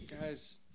Guys